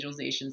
visualizations